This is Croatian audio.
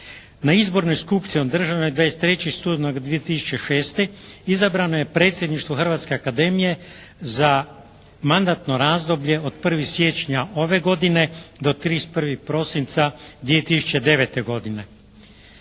Na Izbornoj skupštini održanoj 23. studenog 2006. izabrano je Predsjedništvo Hrvatske akademije za mandatno razdoblje od 1. siječnja ove godine do 31. prosinca 2009. godine.